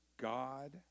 God